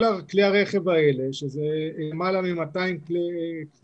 כל כלי הרכב האלה, שזה למעלה מ-200,000 כלי